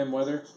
Weather